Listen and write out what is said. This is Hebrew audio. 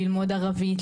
ללמוד ערבית,